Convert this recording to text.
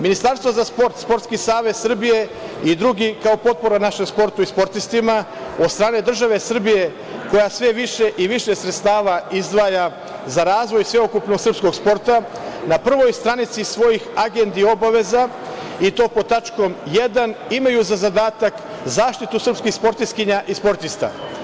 Ministarstvo za sport, Sportski savez Srbije i drugi, kao potpora našem sportu i sportistima, od strane države Srbije, koja sve više i više sredstava izdvaja za razvoj sveukupnog srpskog sporta, na prvoj stranici svojih agendi i obaveza, i to pod tačkom 1. imaju za zadatak zaštitu srpskih sportistkinja i sportista.